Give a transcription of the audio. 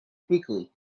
quickly